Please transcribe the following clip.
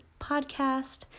podcast